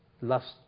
lust